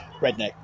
Redneck